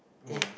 oh